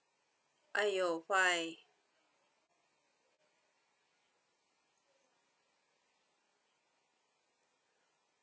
!aiyo! why